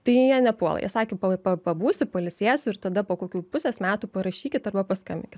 tai jie nepuola jie sakė pa pa pabūsiu pailsėsiu ir tada po kokių pusės metų parašykit arba paskambinkit